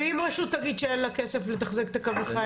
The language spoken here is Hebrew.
ואם רשות תגיד שאין לה כסף לתחזק את קווי החיץ?